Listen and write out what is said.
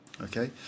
Okay